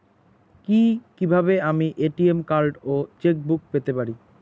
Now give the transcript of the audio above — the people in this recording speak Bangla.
কি কিভাবে আমি এ.টি.এম কার্ড ও চেক বুক পেতে পারি?